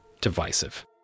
Divisive